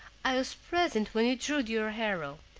i was present when you drew your arrow,